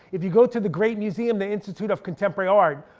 if you go to the great museum, the institute of contemporary art,